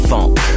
Funk